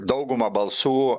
daugumą balsų